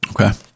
Okay